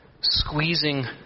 squeezing